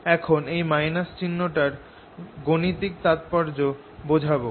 এখন এই - চিহ্নটার গাণিতিক তাৎপর্য বোঝাবো